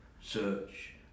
search